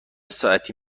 ساعتی